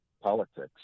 politics